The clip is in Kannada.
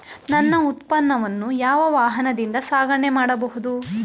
ನನ್ನ ಉತ್ಪನ್ನವನ್ನು ಯಾವ ವಾಹನದಿಂದ ಸಾಗಣೆ ಮಾಡಬಹುದು?